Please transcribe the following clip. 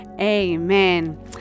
amen